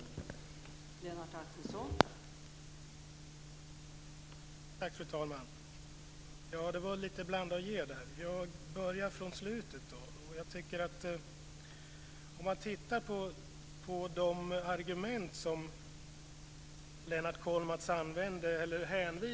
Det var Lennart Axelsson som använde termen humanistisk.